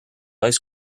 ice